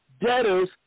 debtors